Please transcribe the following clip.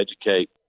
educate